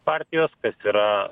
partijos kas yra